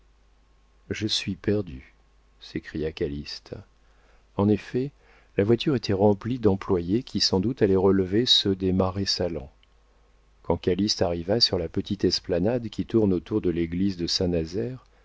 je suis perdu s'écria calyste en effet la voiture était remplie d'employés qui sans doute allaient relever ceux des marais salants quand calyste arriva sur la petite esplanade qui tourne autour de l'église de